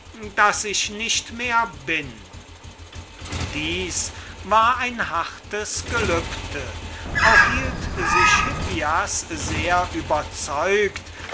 daß ich nicht mehr bin dies war ein hartes gelübde auch hielt sich hippias sehr überzeugt